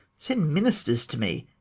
send ministers to me,